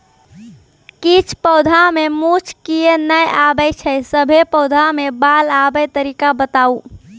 किछ पौधा मे मूँछ किये नै आबै छै, सभे पौधा मे बाल आबे तरीका बताऊ?